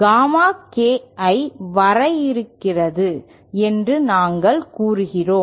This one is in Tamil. காமா KI வரையறுக்கிறது என்று நாங்கள் கூறுகிறோம்